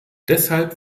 deshalb